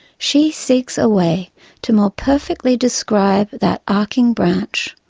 she seeks a way to more perfectly describe that arcing branch,